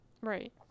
Right